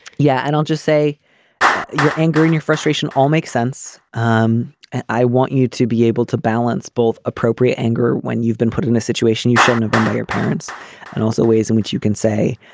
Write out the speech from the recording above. yeah i don't just say your anger and your frustration all makes sense. um i want you to be able to balance both appropriate anger when you've been put in a situation you shouldn't have been by your parents and also ways in which you can say